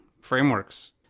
frameworks